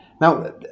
Now